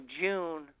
June